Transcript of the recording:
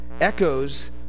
echoes